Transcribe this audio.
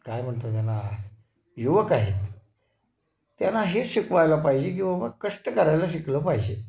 काय म्हणता त्याला युवक आहेत त्यांना हेच शिकवायला पाहिजे की बाबा कष्ट करायला शिकलं पाहिजे